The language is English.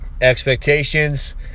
expectations